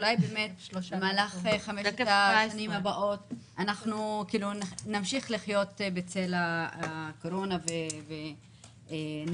אולי במהלך חמש השנים הבאות נמשיך לחיות בצל הקורונה ונלוותיה?